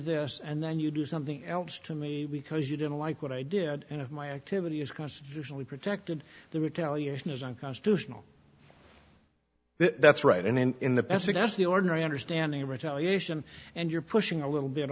this and then you do something else to me because you didn't like what i did and of my activity is constitutionally protected the retaliation is unconstitutional that's right and in the best thing that's the ordinary understanding of retaliation and you're pushing a little bit